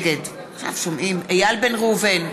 נגד איל בן ראובן,